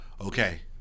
Okay